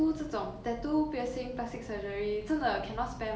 这种人 who try to save cost on this right is really wrong mindset